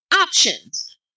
options